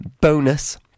Bonus